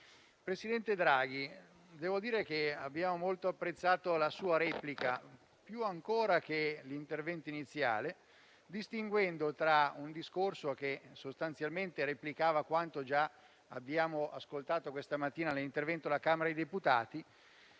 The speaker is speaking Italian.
presidente Draghi, abbiamo molto apprezzato la sua replica, più ancora che l'intervento iniziale, che sostanzialmente riprendeva quanto abbiamo ascoltato questa mattina nell'intervento alla Camera dei deputati.